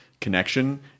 connection